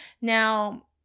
Now